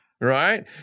right